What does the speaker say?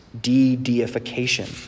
De-deification